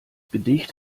gedicht